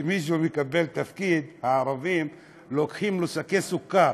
כשמישהו מקבל תפקיד, הערבים נותנים לו שקי סוכר.